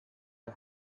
her